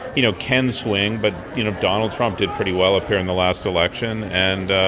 you know, can swing, but, you know, donald trump did pretty well up here in the last election, and,